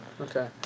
Okay